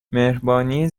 مهربانی